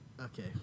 Okay